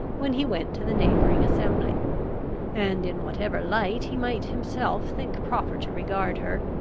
when he went to the neighbouring assembly and, in whatever light he might himself think proper to regard her,